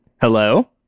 Hello